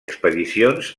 expedicions